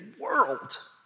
world